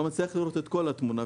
צריך לראות את כל התמונה,